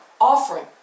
Offering